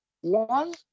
one